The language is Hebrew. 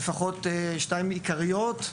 שלפחות שתיים מהן היו עיקריות,